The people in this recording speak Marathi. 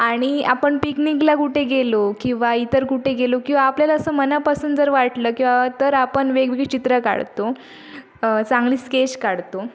आणि आपण पिकनिकला कुठे गेलो किंवा इतर कुठे गेलो किंवा आपल्याला असं मनापासून जर वाटलं किंवा तर आपण वेगवेगळी चित्रं काढतो चांगली स्केच काढतो